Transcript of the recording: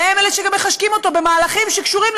והם שגם מחשקים אותו במהלכים שקשורים,